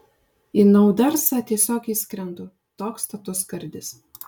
į naudersą tiesiog įskrendu toks status skardis